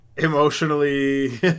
emotionally